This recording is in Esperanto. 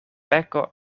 peko